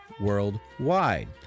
worldwide